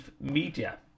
Media